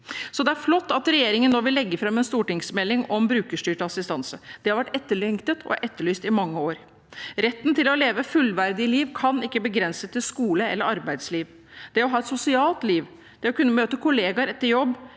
Det er flott at regjeringen vil legge fram en stortingsmelding om brukerstyrt assistanse. Det har vært etterlengtet og etterlyst i mange år. Retten til å leve et fullverdig liv kan ikke begrenses til skole eller arbeidsliv. Det å ha et sosialt liv, å kunne møte kollegaer etter jobb,